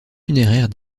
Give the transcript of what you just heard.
funéraires